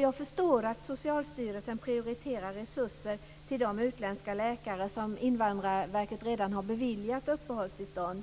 Jag förstår att Socialstyrelsen prioriterar resurser till de utländska läkare som Invandrarverket redan har beviljat uppehållstillstånd.